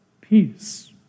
peace